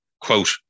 Quote